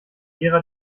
gera